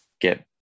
get